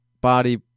body